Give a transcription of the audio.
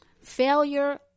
Failure